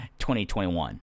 2021